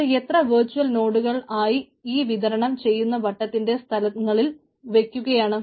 അത് എത്ര വെർച്ചൽ നോട്കൾ ആയി ഈ വിതരണം ചെയ്യുന്ന വട്ടത്തിന്റെ സ്ഥലങ്ങളിൽ വയ്ക്കുകയാണ്